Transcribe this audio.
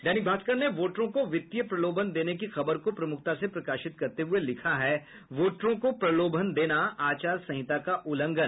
दैनिक भास्कर ने वोटरों को वित्तीय प्रलोभन देने की खबर को प्रमुखता से प्रकाशित करते हुये लिखा है वोटरों को प्रलोभन देना आचार संहिता का उल्लंघन